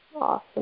Awesome